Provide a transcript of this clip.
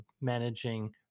managing